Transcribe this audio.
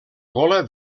gola